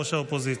ראש האופוזיציה.